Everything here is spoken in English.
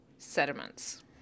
sediments